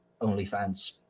OnlyFans